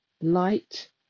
light